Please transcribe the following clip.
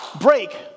break